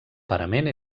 parament